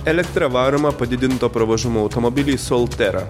elektra varomą padidinto pravažumo automobilį soltera